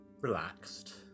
relaxed